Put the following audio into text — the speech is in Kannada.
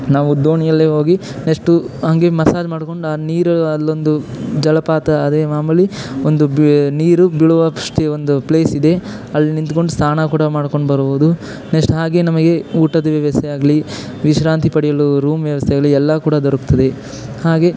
ನಾವು ದೋಣಿಯಲ್ಲೇ ಹೋಗಿ ನೆಶ್ಟು ಹಾಗೆ ಮಸಾಜ್ ಮಾಡ್ಕೊಂಡು ಆ ನೀರು ಅಲ್ಲೊಂದು ಜಲಪಾತ ಅದೇ ಮಾಮುಲಿ ಒಂದು ಬಿ ನೀರು ಬೀಳುವ ಫಶ್ಟಿಗೊಂದು ಪ್ಲೇಸಿದೆ ಅಲ್ಲಿ ನಿಂತ್ಕೊಂಡು ಸ್ನಾನ ಕೂಡ ಮಾಡ್ಕೊಂಡು ಬರ್ಬೋದು ನೆಶ್ಟ್ ಹಾಗೆ ನಮಗೆ ಊಟದ ವ್ಯವಸ್ಥೆ ಆಗಲಿ ವಿಶ್ರಾಂತಿ ಪಡೆಯಲು ರೂಮ್ ವ್ಯವಸ್ತೆ ಆಗಲಿ ಎಲ್ಲ ಕೂಡ ದೊರಕ್ತದೆ ಹಾಗೇ